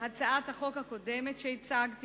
כמו הצעת החוק הקודמת שהצגתי,